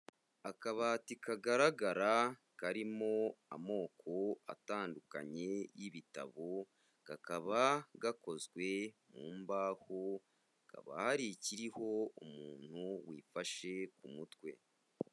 Akabati kagaragara karimo amoko atandukanye y'ibitabo, kakaba gakozwe mu mbaho, hakaba hari ikiriho umuntu wifashe ku mutwe.